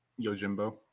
Yojimbo